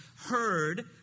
heard